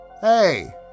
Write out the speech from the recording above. Hey